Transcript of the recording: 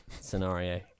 scenario